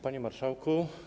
Panie Marszałku!